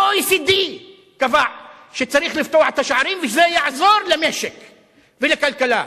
ה-OECD קבע שצריך לפתוח את השערים ושזה יעזור למשק ולכלכלה.